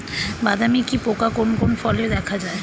বাদামি কি পোকা কোন কোন ফলে দেখা যায়?